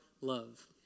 love